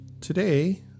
Today